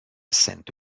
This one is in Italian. sento